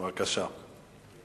בבקשה.